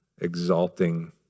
exalting